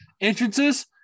entrances